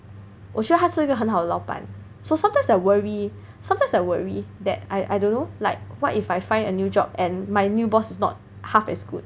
我觉得他是一个很好的老板 so sometimes I worry sometimes I worry that I I don't know like what if I find a new job and my new boss is not half as good